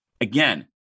again